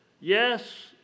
yes